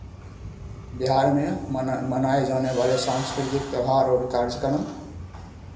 बिहार में मनाये मनाये जाने वाले सांस्कृतिक त्योहार और कार्यक्रम